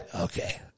okay